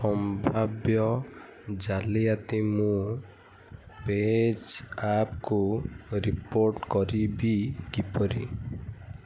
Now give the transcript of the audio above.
ସମ୍ଭାବ୍ୟ ଜାଲିଆତି ମୁଁ ପେଜ୍ଆପ୍କୁ ରିପୋର୍ଟ କରିବି କିପରି